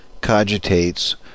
cogitates